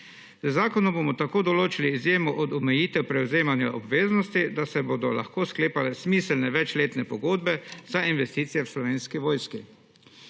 Z zakonom bomo tako določali izjemo od omejitev prevzemanja obveznosti, da se bodo lahko sklepale smiselne večletne pogodbe za investicije v Slovenski vojski.